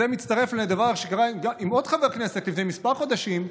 זה מצטרף לדבר שקרה עם עוד חבר כנסת לפני חודשים מספר,